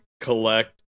collect